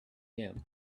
him